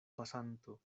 pasanto